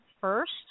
first